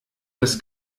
das